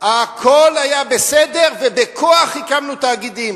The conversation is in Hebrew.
הכול היה בסדר, ובכוח הקמנו תאגידים.